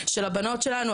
של הבנות שלנו.